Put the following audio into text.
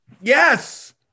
Yes